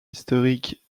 historique